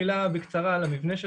אני אולי אגיד מילה בקצרה על המבנה של